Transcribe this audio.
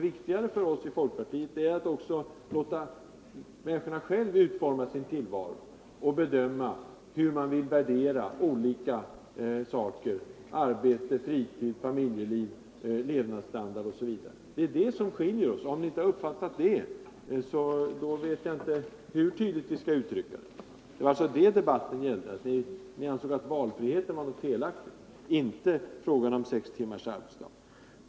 Men för oss i folkpartiet är det viktigt att människorna själva får utforma sin tillvaro, och bedöma hur man vill värdera olika saker: arbete, fritid, familjeliv, levnadsstandard osv. Det är det som skiljer oss åt. Om ni inte har uppfattat det, vet jag inte hur vi skall uttrycka oss tydligare. Det var alltså det debatten gällde — att ni ansåg att valfrihet var någonting felaktigt — inte frågan om sex timmars arbetsdag.